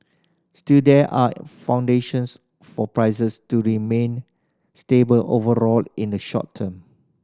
still there are foundations for prices to remain stable overall in the short term